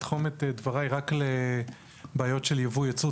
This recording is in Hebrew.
אני אתחום את דבריי רק לבעיות של ייבוא-ייצוא,